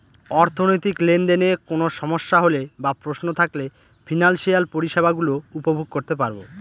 অর্থনৈতিক লেনদেনে কোন সমস্যা হলে বা প্রশ্ন থাকলে ফিনান্সিয়াল পরিষেবা গুলো উপভোগ করতে পারবো